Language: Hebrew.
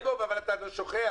יעקב, אבל אתה שוכח.